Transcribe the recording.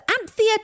Anthea